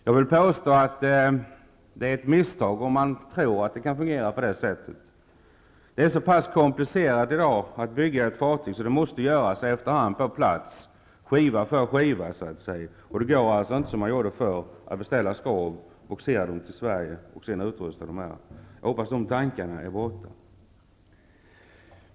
Jag vill påstå att det är ett misstag om man tror att det fungerar på det sättet. Det är så pass komplicerat i dag att bygga ett fartyg att det måste göras efter hand på plats, skiva för skiva så att säga. Det går inte att göra som förr, att beställa skrov, bogsera dem till Sverige och utrusta dem här. Jag hoppas tankarna på detta är borta.